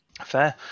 Fair